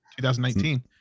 2019